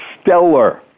stellar